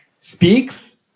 speaks